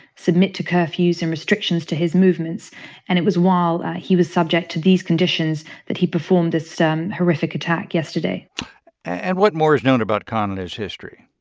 submit to curfews and restrictions to his movements. and it was while he was subject to these conditions that he performed this horrific attack yesterday and what more is known about khan and his history?